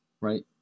right